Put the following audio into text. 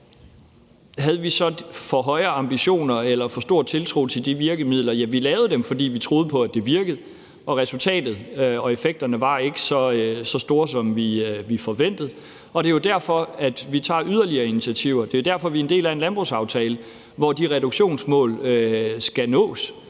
Havde vi så for høje ambitioner eller for stor tiltro til de virkemidler? Ja, vi lavede det, fordi vi troede på, at det virkede, og resultatet og effekterne var ikke så store, som vi forventede, og det er jo derfor, at vi tager yderligere initiativer. Det er derfor, vi er en del af en landbrugsaftale, hvor de reduktionsmål skal nås,